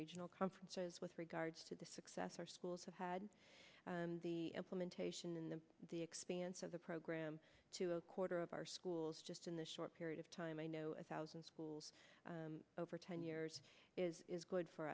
regional conferences with regards to the success our schools have had the implementation in the the expanse of the program to a quarter of our schools just in the short period of time i know a thousand schools over ten years is good for